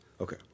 okay